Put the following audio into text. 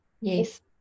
Yes